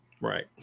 Right